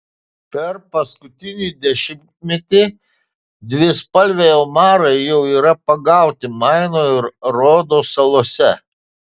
per paskutinį dešimtmetį dvispalviai omarai jau yra pagauti maino ir rodo salose